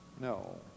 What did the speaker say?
No